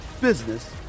business